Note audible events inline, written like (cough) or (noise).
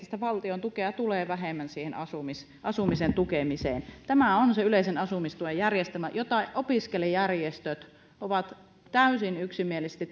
(unintelligible) sitä valtion tukea tulee vähemmän siihen asumisen asumisen tukemiseen tämä on se yleisen asumistuen järjestelmä jota opiskelijajärjestöt ovat täysin yksimielisesti (unintelligible)